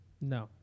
No